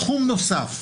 תחום נוסף,